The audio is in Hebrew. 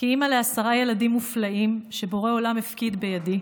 כאימא לעשרה ילדים מופלאים שבורא עולם הפקיד בידי,